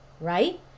right